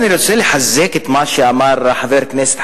אני רוצה לחזק את מה שאמר חבר הכנסת,